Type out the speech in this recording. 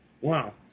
Wow